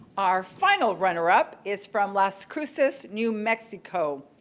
our final runner up is from las cruces, new mexico.